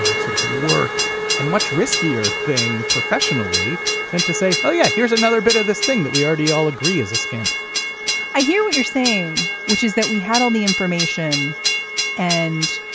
ah sort of work and much riskier thing professionally than to say oh yeah. here's another bit of this thing that we already all agree is a scandal i hear what you're saying which is that we had on the information and